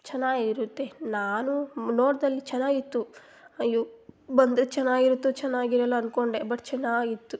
ಚೆನ್ನಾಗಿರುತ್ತೆ ನಾನು ನೋಡ್ದಲ್ಲಿ ಚೆನ್ನಾಗಿತ್ತು ಅಯ್ಯೊ ಬಂದರೆ ಚೆನ್ನಾಗಿರುತ್ತೊ ಚೆನ್ನಾಗಿರೋಲ್ವೊ ಅಂದ್ಕೊಂಡೆ ಬಟ್ ಚೆನ್ನಾಗಿತ್ತು